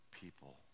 people